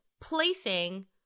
placing